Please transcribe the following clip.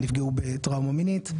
שנפגעו בטראומה מינית,